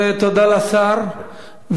תודה לשר.